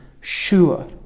sure